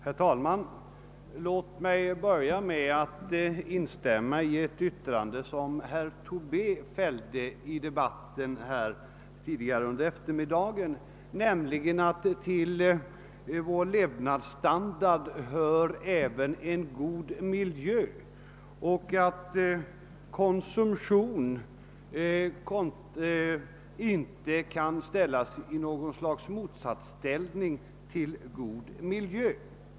Herr talman! Låt mig börja med att instämma i ett yttrande som herr Tobé fällde i debatten tidigare under eftermiddagen, nämligen att till vår levnads standard hör även en god miljö och att konsumtion inte kan ställas i någon motsats till god miljö.